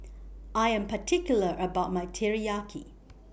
I Am particular about My Teriyaki